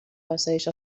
آسایش